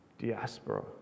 diaspora